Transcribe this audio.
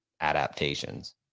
adaptations